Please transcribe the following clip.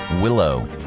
Willow